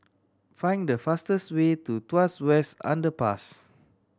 find the fastest way to Tuas West Underpass